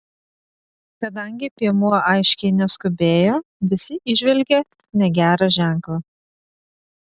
kadangi piemuo aiškiai neskubėjo visi įžvelgė negerą ženklą